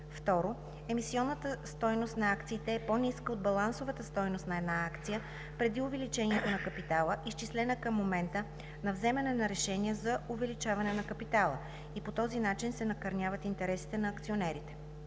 им; 2. емисионната стойност на акциите е по-ниска от балансовата стойност на една акция преди увеличението на капитала, изчислена към момента на вземане на решение за увеличаване на капитала, и по този начин се накърняват интересите на акционерите;